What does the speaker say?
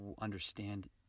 understand